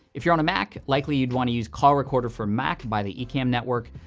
if you're on a mac, likely, you'd wanna use call recorder for mac by the ecamm network,